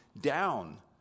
down